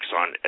on